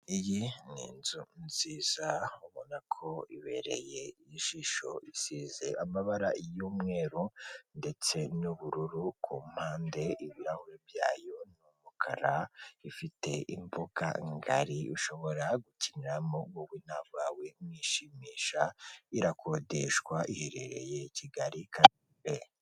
Iyi ni inzu nziza ubona ko ibereye ijisho isize amabara y'umweru ndetse n'ubururu ku mpande ibirahuri byayo n'umukara ifite imbuga ngari ushobora gukiniramo wowe n'abawe mwishimisha irakodeshwa iherereye Kigali Kanombe.